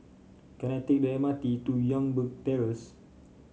can I take the M R T to Youngberg Terrace